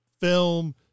film